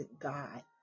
God